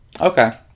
Okay